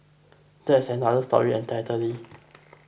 that's another story entirely